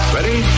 Ready